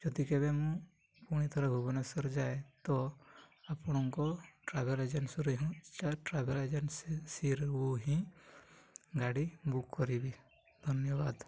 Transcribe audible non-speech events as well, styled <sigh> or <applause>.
ଯଦି କେବେ ମୁଁ ପୁଣିଥରେ ଭୁବନେଶ୍ୱର ଯାଏ ତ ଆପଣଙ୍କ ଟ୍ରାଭେଲ୍ ଏଜେନ୍ସିରୁ ହିଁ <unintelligible> ଟ୍ରାଭେଲ୍ ଏଜେନ୍ସିରୁ ହିଁ ଗାଡ଼ି ବୁକ୍ କରିବି ଧନ୍ୟବାଦ